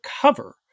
cover